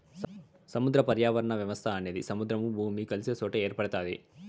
సముద్ర పర్యావరణ వ్యవస్థ అనేది సముద్రము, భూమి కలిసే సొట ఏర్పడుతాది